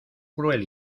cruel